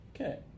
Okay